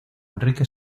enrique